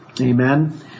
Amen